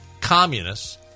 communists